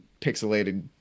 pixelated